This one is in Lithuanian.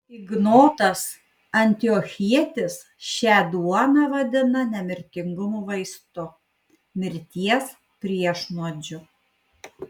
ignotas antiochietis šią duoną vadina nemirtingumo vaistu mirties priešnuodžiu